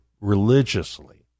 religiously